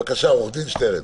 בבקשה עורך דין שטרן.